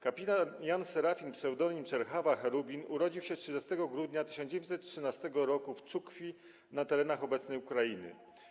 Kpt. Jan Serafin ps. Czerchawa, Cherubin urodził się 30 grudnia 1913 r. w Czukwi na terenach obecnej Ukrainy.